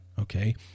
Okay